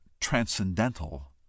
transcendental